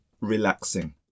relaxing